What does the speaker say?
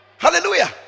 Hallelujah